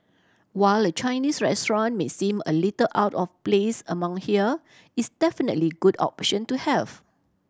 while a Chinese restaurant may seem a little out of place among here it's definitely good option to have